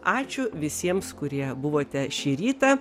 ačiū visiems kurie buvote šį rytą